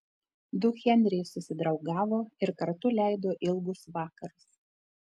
du henriai susidraugavo ir kartu leido ilgus vakarus